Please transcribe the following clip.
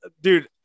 dude